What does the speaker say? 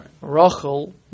Rachel